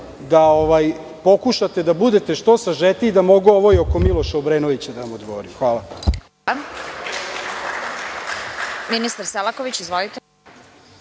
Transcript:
da pokušate da budete što sažetiji, da mogu ovo i oko Miloša Obrenovića da vam odgovorim.